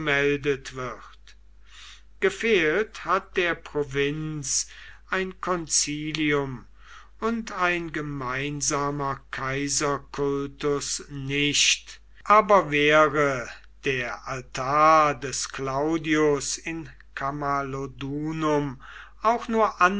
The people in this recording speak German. gefehlt hat der provinz ein concilium und ein gemeinsamer kaiserkultus nicht aber wäre der altar des claudius in kam auch nur